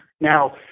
Now